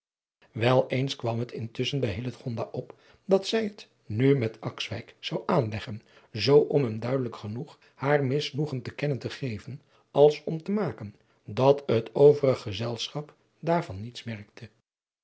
wel eens kwam het intusschen bij hillegonda op hoe zij het nu met akswijk zou aanleggen zoo om hem duidelijk genoeg haar misnoegen te kennen te geven als om te maken dat het overig gezelschap daarvan niets merkte